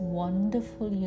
wonderful